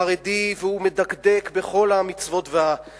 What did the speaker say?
חרדי, והוא חרדי, והוא מדקדק בכל המצוות והאמונות.